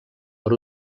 per